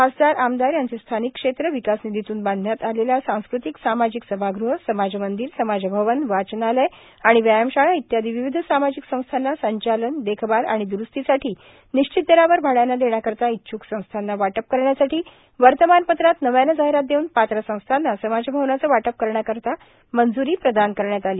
खासदार आमदार यांचे स्थानिक क्षेत्र विकास निधीतून बांधण्यात आलेल्या सांस्क्तिकसामाजिक सभागृह समाज मंदिर समाजभवन वाचनालय आणि व्यायामशाळा इत्यादी विविध सामाजिक संस्थांना संचालन देखभाल आणि द्रुस्तीसाठी निश्चित दरावर भाड्याने देण्याकरिता इच्छ्क संस्थांना वाटप करण्यासाठी वर्तमानपत्रात नव्याने जाहिरात देऊन पात्र संस्थांना समाजभवनाचे वाटप करण्याकरिता मंज्री प्रदान करण्यात आली